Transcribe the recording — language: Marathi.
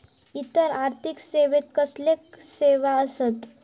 इतर आर्थिक सेवेत कसले सेवा आसत?